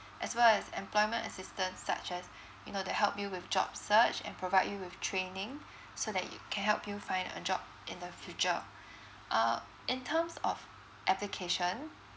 as well as employment assistance such as you know they'll help you with job search and provide you with training so that you can help you find a job in the future uh in terms of application